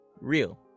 real